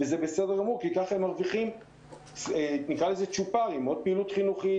וזה בסדר גמור כי ככה הם מרוויחים צ'ופרים: עוד פעילות חינוכית,